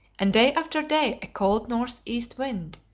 and day after day a cold north-east wind,